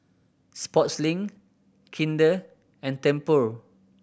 Sportslink Kinder and Tempur